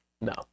No